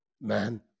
man